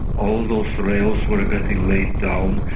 all those rails were getting laid down,